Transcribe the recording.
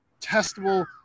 testable